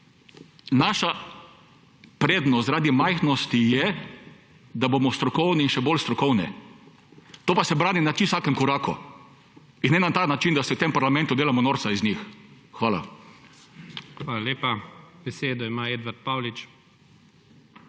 naša prednost zaradi majhnosti je, da bomo strokovni in še bolj strokovni. To pa se brani na čisto vsakem koraku. In ne na ta način, da se v tem parlamentu delamo norca iz njih. Hvala. **PREDSEDNIK IGOR ZORČIČ:** Hvala lepa. Besedo ima Edvard Paulič.